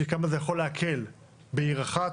כמה זה יכול להקל בעיר אחת.